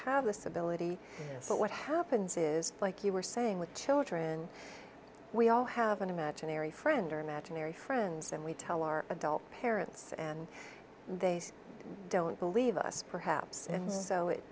have this ability so what happens is like you were saying with children we all have an imaginary friend or imaginary friends and we tell our adult parents and they don't believe us perhaps and so it